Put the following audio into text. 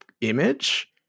image